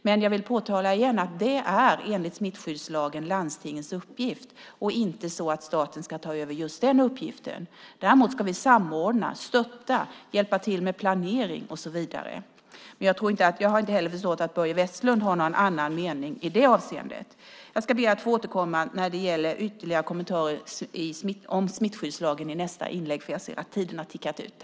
Men jag vill igen påtala att det enligt smittskyddslagen är landstingens uppgift. Det är inte så att staten ska ta över just den uppgiften. Däremot ska vi samordna, stötta, hjälpa till med planering och så vidare. Jag tror inte att Börje Vestlund har någon annan mening i det avseendet. Jag ska be att få återkomma med ytterligare kommentarer om smittskyddslagen i nästa inlägg, för jag ser att tiden har tickat ut.